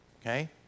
Okay